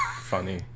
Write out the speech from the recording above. Funny